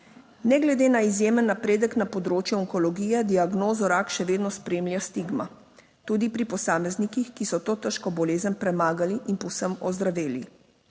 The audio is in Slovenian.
Ne glede na izjemen napredek na področju onkologije diagnozo rak še vedno spremlja stigma tudi pri posameznikih, ki so to težko bolezen premagali in povsem ozdraveli.